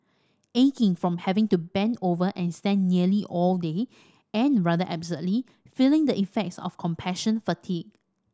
aching from having to bend over and stand nearly all day and rather absurdly feeling the effects of compassion fatigue